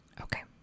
Okay